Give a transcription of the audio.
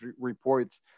reports